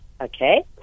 okay